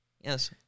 Yes